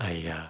!aiya!